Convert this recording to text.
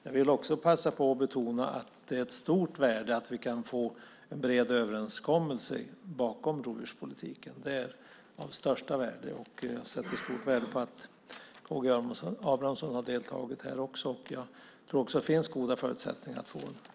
Jag vill också passa på att betona att det är av stort värde att vi kan få en bred överenskommelse bakom rovdjurspolitiken. Det är av största värde. Jag sätter också stort värde på att K G Abramsson har deltagit här. Jag tror att det finns goda förutsättningar för att få en bred samsyn.